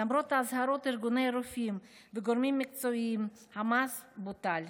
למרות אזהרות ארגוני רופאים וגורמים מקצועיים המס בוטל.